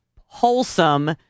wholesome